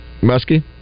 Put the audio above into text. Muskie